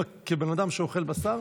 כבן אדם שאוכל בשר,